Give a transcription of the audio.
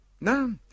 No